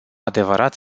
adevărat